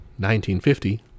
1950